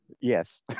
yes